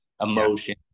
emotion